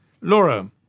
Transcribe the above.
Laura